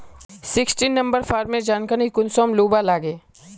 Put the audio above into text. Sixteen number farmer जानकारी कुंसम लुबा लागे?